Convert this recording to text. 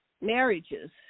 marriages